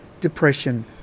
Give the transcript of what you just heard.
depression